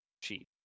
cheap